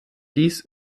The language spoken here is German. dies